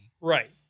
Right